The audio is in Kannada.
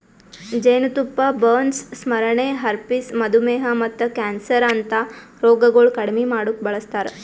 ಜೇನತುಪ್ಪ ಬರ್ನ್ಸ್, ಸ್ಮರಣೆ, ಹರ್ಪಿಸ್, ಮಧುಮೇಹ ಮತ್ತ ಕ್ಯಾನ್ಸರ್ ಅಂತಾ ರೋಗಗೊಳ್ ಕಡಿಮಿ ಮಾಡುಕ್ ಬಳಸ್ತಾರ್